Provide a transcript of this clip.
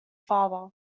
father